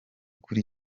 kuri